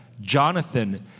Jonathan